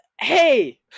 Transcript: Hey